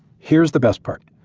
here's the best part.